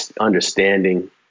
understanding